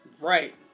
Right